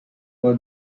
for